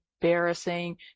embarrassing